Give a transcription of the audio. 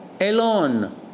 alone